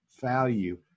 value